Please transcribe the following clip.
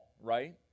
right